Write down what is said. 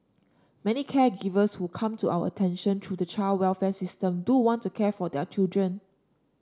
many caregivers who come to our attention through the child welfare system do want to care for their children